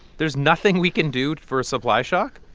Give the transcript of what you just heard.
there's nothing we can do for a supply shock?